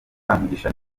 kamugisha